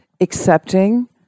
accepting